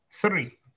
Three